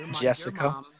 Jessica